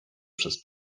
przez